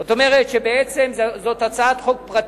זאת אומרת, זאת בעצם הצעת חוק פרטית,